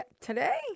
today